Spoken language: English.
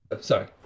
Sorry